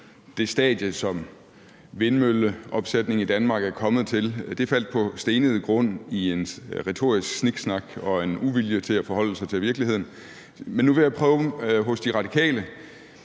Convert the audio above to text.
det stadie, som vindmølleopsætning i Danmark er kommet til. Det faldt på stenet grund i en retorisk sniksnak og en uvilje til at forholde sig til virkeligheden, men nu vil jeg prøve hos De Radikale.